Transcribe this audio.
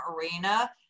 arena